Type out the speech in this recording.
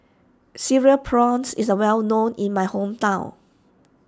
Cereal Prawns is well known in my hometown